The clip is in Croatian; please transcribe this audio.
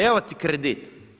Evo ti kredit.